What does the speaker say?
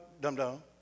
dum-dum